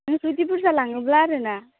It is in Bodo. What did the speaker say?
नों जुदि बुरजा लाङोब्ला आरो ना